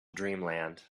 dreamland